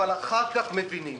אבל אחר כך מבינים.